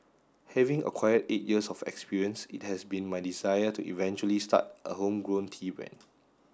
having acquired eight years of experience it has been my desire to eventually start a homegrown tea brand